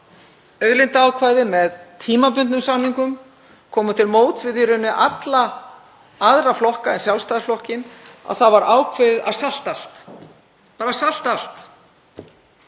auðlindaákvæði með tímabundnum samningum, koma til móts við í rauninni alla aðra flokka en Sjálfstæðisflokkinn þá var ákveðið að salta bara allt